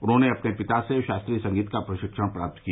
उन्होंने अपने पिता से शास्त्रीय संगीत का प्रशिक्षण प्राप्त किया